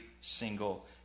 single